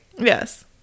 Yes